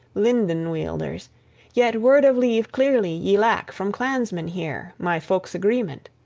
linden-wielders yet word-of-leave clearly ye lack from clansmen here, my folk's agreement.